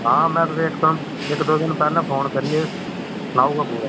हां में तुसें इक दिन इक दो दिन पैह्लें फोन करियै सनाई ओड़गा पूरा